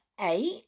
Eight